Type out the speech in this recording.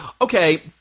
okay